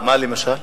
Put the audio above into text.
מה למשל?